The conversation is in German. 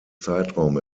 zeitraum